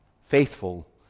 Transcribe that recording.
Faithful